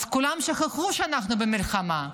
כולם שכחו שאנחנו במלחמה.